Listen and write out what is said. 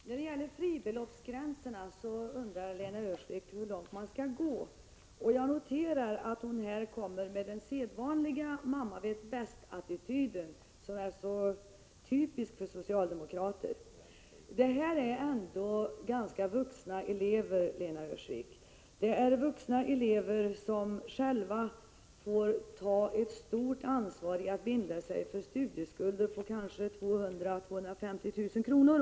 Fru talman! När det gäller fribeloppsgränserna undrar Lena Öhrsvik hur långt man skall gå. Jag noterar att hon kommer med den sedvanliga ”mammar-vet-bäst”-attityden, som är så typisk för socialdemokrater. Det är fråga om vuxna elever, Lena Öhrsvik, elever som själva får ta ett stort ansvar för att binda sig för studieskulder på 200 000-250 000 kr.